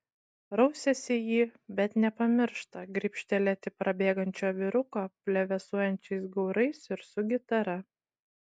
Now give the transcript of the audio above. rausiasi į jį bet nepamiršta gribštelėti prabėgančio vyruko plevėsuojančiais gaurais ir su gitara